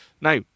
Now